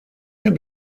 can